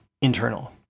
internal